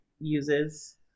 uses